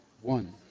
One